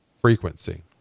frequency